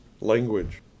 language